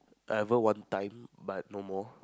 I ever one time but no more